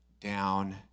down